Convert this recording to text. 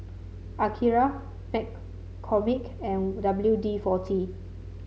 Akira McCormick and W D forty